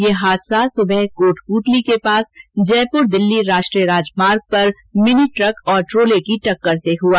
ये हादसा सुबह कोटपूतली के पास जयपुर दिल्ली राष्ट्रीय राजमार्ग पर मिनी ट्रक और ट्रोले की टक्कर से हुआ